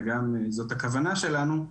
תודה רבה.